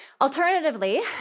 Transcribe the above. Alternatively